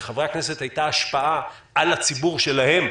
לחברי הכנסת הייתה השפעה על הציבור שלהם,